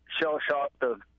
shell-shocked